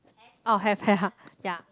orh have have !huh! ya